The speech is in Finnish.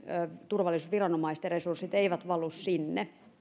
turvallisuusviranomaisten resurssit eivät valu sinne